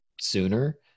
sooner